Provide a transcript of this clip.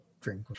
drink